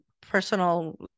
personal